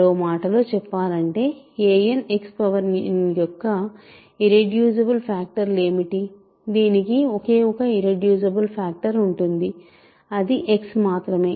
మరో మాటలో చెప్పాలంటే anXn యొక్క ఇర్రెడ్యూసిబుల్ ఫ్యాక్టర్లు ఏమిటి దీనికి ఒకే ఒక ఇర్రెడ్యూసిబుల్ ఫ్యాక్టర్ ఉంటుంది అది X మాత్రమే